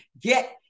get